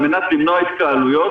על מנת למנוע התקהלויות,